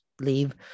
leave